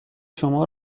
شما